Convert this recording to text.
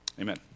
Amen